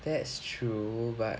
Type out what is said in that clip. that's true but